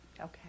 Okay